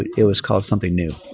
it it was called something new.